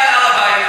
להר-הבית,